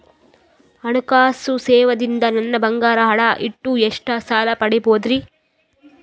ಹಣಕಾಸು ಸೇವಾ ದಿಂದ ನನ್ ಬಂಗಾರ ಅಡಾ ಇಟ್ಟು ಎಷ್ಟ ಸಾಲ ಪಡಿಬೋದರಿ?